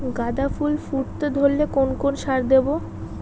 গাদা ফুল ফুটতে ধরলে কোন কোন সার দেব?